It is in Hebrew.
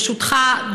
ברשותך,